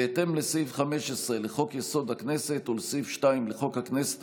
בהתאם לסעיף 15 לחוק-יסוד: הכנסת ולסעיף 2 לחוק הכנסת,